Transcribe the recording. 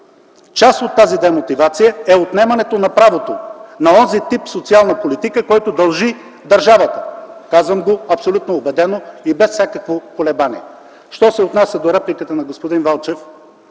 Част от тази демотивация е отнемането на правото на онзи тип социална политика, който дължи държавата. Казвам го абсолютно убедено и без всякакво колебание. Що се отнася до репликата на господин Велчев.